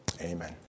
amen